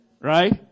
right